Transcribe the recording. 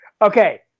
Okay